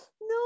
no